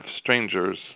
strangers